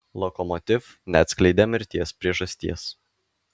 lokomotiv neatskleidė mirties priežasties